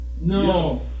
No